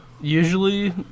Usually